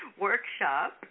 workshop